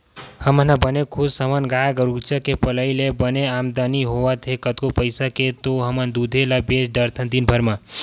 हमन ह बने खुस हवन गाय गरुचा के पलई ले बने आमदानी होवत हे कतको पइसा के तो हमन दूदे ल बेंच डरथन दिनभर म